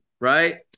Right